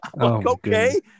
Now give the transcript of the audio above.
Okay